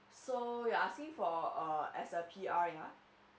so you're asking for as a P_R yeah